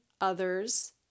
others